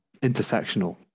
intersectional